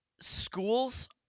Schools